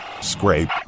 scrape